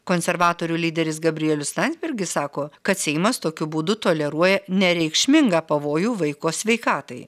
konservatorių lyderis gabrielius landsbergis sako kad seimas tokiu būdu toleruoja nereikšmingą pavojų vaiko sveikatai